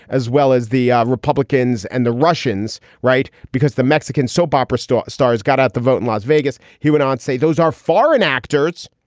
as well as the republicans and the russians. right. because the mexican soap opera star stars got out the vote in las vegas. he went on to say those are foreign actors,